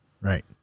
right